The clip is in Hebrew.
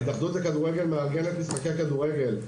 ההתאחדות לכדורגל מארגנת משחקני כדורגל.